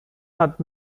hat